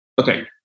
Okay